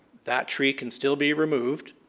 that tree can still be removed.